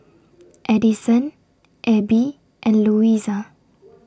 Addison Abbey and Louisa